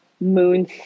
moon